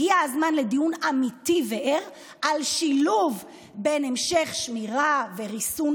הגיע הזמן לדיון אמיתי וער על שילוב בין המשך שמירה וריסון,